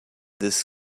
this